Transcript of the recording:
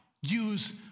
use